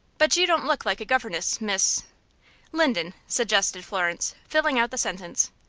but you don't look like a governess, miss linden, suggested florence, filling out the sentence.